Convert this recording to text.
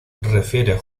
refiere